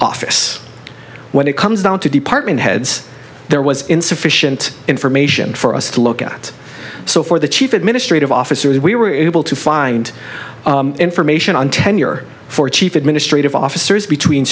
office when it comes down to department heads there was insufficient information for us to look at so for the chief administrative officer we were able to find information on tenure for chief administrative officer as between